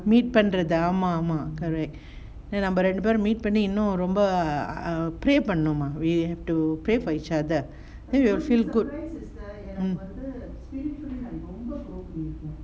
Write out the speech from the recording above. meet ஆமா:ama correct நம்ப ரெண்டு பேரும்:namba rendu perum meet பண்ணி இன்னும் ரொம்ப:panni innum romba err pray பண்ணனும்:pannanum we have to pray for each other then we will feel good mm